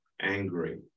angry